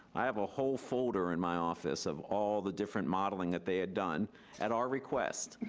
i have a whole folder in my office of all the different modeling that they had done at our request,